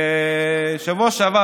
בשבוע שעבר,